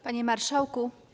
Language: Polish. Panie Marszałku!